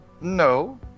no